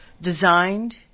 designed